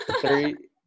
Three